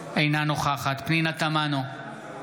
אינה נוכחת פנינה תמנו,